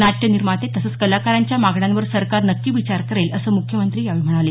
नाट्य निर्माते तसंच कलाकारांच्या मागण्यांवर सरकार नक्की विचार करेल असं मुख्यमंत्री यावेळी म्हणाले